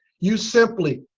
you simply,